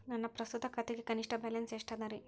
ನನ್ನ ಪ್ರಸ್ತುತ ಖಾತೆಗೆ ಕನಿಷ್ಠ ಬ್ಯಾಲೆನ್ಸ್ ಎಷ್ಟು ಅದರಿ?